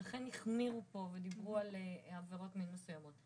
לכן החמירו פה ודיברו על עבירות מין מסוימות.